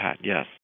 yes